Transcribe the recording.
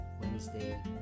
Wednesday